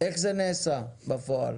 איך זה נעשה בפועל?